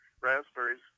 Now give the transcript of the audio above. raspberries